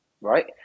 right